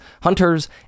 Hunters